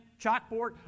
chalkboard